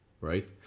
right